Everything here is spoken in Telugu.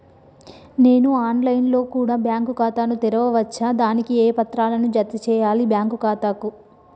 నేను ఆన్ లైన్ లో కూడా బ్యాంకు ఖాతా ను తెరవ వచ్చా? దానికి ఏ పత్రాలను జత చేయాలి బ్యాంకు ఖాతాకు?